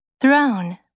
Throne